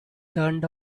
turned